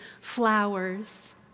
flowers